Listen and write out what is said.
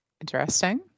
Interesting